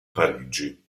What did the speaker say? parigi